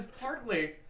partly